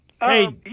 Hey